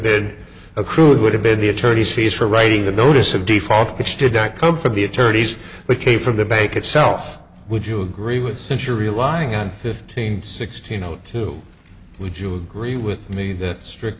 been accrued would have been the attorney's fees for writing the notice of default which did not come from the attorneys but came from the bank itself would you agree with since you're relying on fifteen sixteen zero two would you agree with me that strict